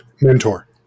mentor